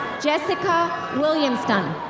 jessica williamston.